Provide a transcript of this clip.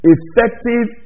Effective